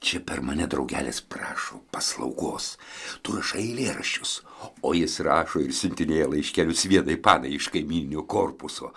čia per mane draugelis prašo paslaugos tu rašai eilėraščius o jis rašo ir siuntinėja laiškelius vienai panai iš kaimyninio korpuso